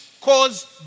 cause